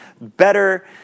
better